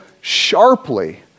sharply